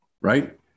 right